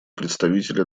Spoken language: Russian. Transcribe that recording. представителя